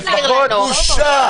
בושה.